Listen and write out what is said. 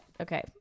Okay